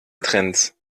trends